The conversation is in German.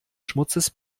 schmutzes